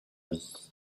vie